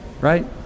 right